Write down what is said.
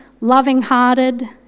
loving-hearted